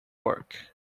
work